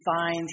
find